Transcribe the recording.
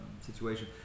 situation